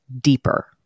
deeper